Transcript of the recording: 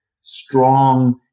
strong